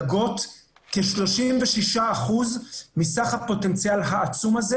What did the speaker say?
גגות הם כ-36% מסך הפוטנציאל העצום הזה.